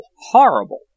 horrible